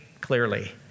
clearly